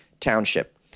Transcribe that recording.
township